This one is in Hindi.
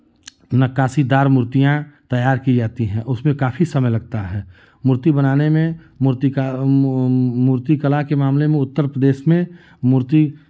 नक्कासीदार मूर्तियाँ तैयार की जाती हैं उसपे काफी समय लगता है मूर्ति बनाने में मूर्तिकार मूर्ति कला के मामले में उत्तर प्रदेश में मूर्ति